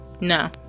No